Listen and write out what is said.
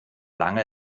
lange